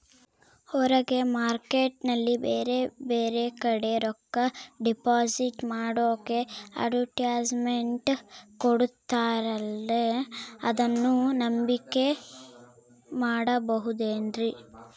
ಹೊರಗೆ ಮಾರ್ಕೇಟ್ ನಲ್ಲಿ ಬೇರೆ ಬೇರೆ ಕಡೆ ರೊಕ್ಕ ಡಿಪಾಸಿಟ್ ಮಾಡೋಕೆ ಅಡುಟ್ಯಸ್ ಮೆಂಟ್ ಕೊಡುತ್ತಾರಲ್ರೇ ಅದನ್ನು ನಂಬಿಕೆ ಮಾಡಬಹುದೇನ್ರಿ?